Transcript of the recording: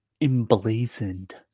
emblazoned